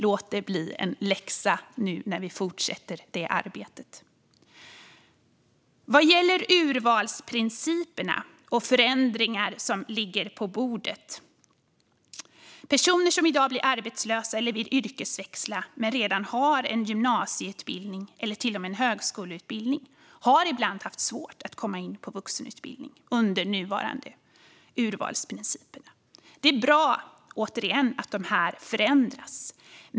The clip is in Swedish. Låt det bli en läxa nu när vi fortsätter detta arbete. Vad gäller urvalsprinciper och förändringar som ligger på bordet vill jag säga att personer som i dag blir arbetslösa eller som vill yrkesväxla men redan har en gymnasieutbildning eller till och med en högskoleutbildning ibland har haft svårt att komma in på vuxenutbildning med nuvarande urvalsprinciper. Det är bra att de förändras.